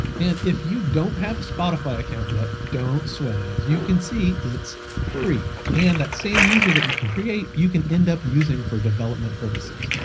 and if you don't have a spotify account yet, don't sweat it. as you can see, it's free, and that same user that you can create, you can end up using for development purposes.